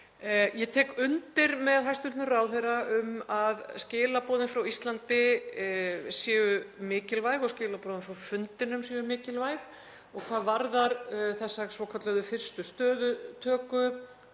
Ég tek undir með hæstv. ráðherra um að skilaboðin frá Íslandi séu mikilvæg og skilaboðin frá fundinum séu mikilvæg og hvað varðar þessa svokölluðu fyrstu stöðutöku,